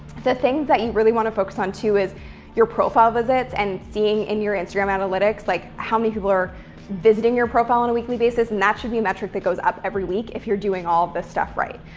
the things that you really want to focus on too is your profile visits and seeing in your instagram analytics, like how many people are visiting your profile on a weekly basis. and that should be a metric that goes up every week if you're doing all of this stuff right.